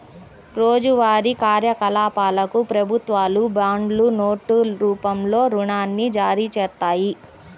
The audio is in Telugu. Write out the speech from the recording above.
రోజువారీ కార్యకలాపాలకు ప్రభుత్వాలు బాండ్లు, నోట్ రూపంలో రుణాన్ని జారీచేత్తాయి